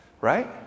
Right